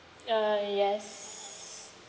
uh yes